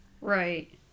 Right